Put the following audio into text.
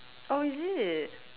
oh is it